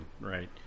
right